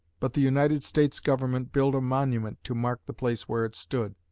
but the united states government built a monument to mark the place where it stood.